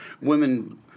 Women